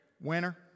winner